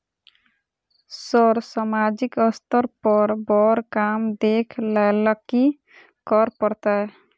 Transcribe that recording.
Sir सामाजिक स्तर पर बर काम देख लैलकी करऽ परतै?